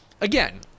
again